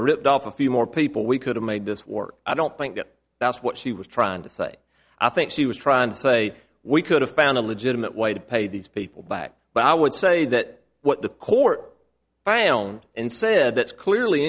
have ripped off a few more people we could have made this work i don't think that that's what she was trying to say i think she was trying to say we could have found a legitimate way to pay these people back but i would say that what the court my own and said that's clearly